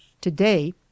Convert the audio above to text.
Today